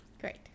great